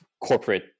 corporate